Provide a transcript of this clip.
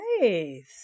Nice